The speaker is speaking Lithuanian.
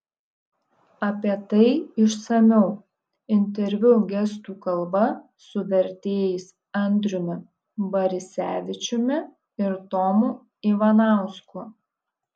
apie tai išsamiau interviu gestų kalba su vertėjais andriumi barisevičiumi ir tomu ivanausku